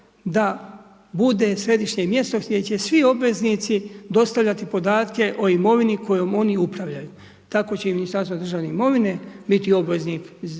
da bude središnje mjesto gdje će svi obveznici dostavljati podatke o imovini kojom oni upravljaju. Tako će i Ministarstvo državne imovine biti obveznik za